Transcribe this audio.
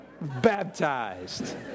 Baptized